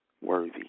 worthy